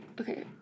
Okay